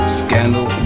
scandal